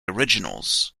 originals